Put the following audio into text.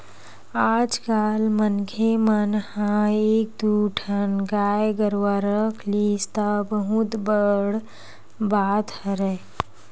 आजकल मनखे मन ह एक दू ठन गाय गरुवा रख लिस त बहुत बड़ बात हरय